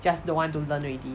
just don't want to learn already